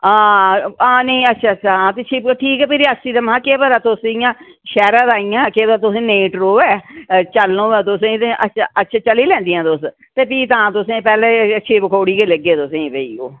हां हां नी हां अच्छा अच्छा ते फ्ही ठीक फ्ही रियासी दा ते महां के पता तुस इ'यां शैह्रा दा आई गेइयां केह् पता तुसें नेईं टरोऐ चलना होऐ तुसें ते अच्छा चली लैंदियां तुस ते फ्ही तां तुसें पैह्लें शिवखोड़ी गै लेगे तुसेंगी फ्ही ओह्